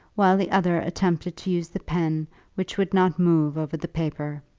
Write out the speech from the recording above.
while the other attempted to use the pen which would not move over the paper.